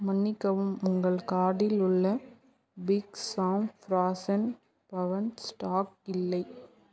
மன்னிக்கவும் உங்கள் கார்ட்டில் உள்ள பிக் ஸாம்ஸ் ஃப்ரோசன் பவன் ஸ்டாக் இல்லை